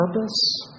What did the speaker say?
purpose